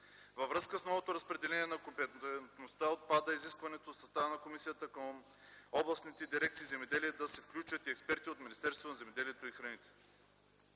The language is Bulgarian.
Във връзка с новото разделение на компетентността отпада изискването в състава на комисиите към областните дирекции „Земеделие” да се включват и експерти на Министерството на земеделието и храните.